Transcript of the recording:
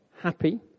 happy